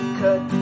cut